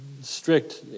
strict